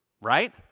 right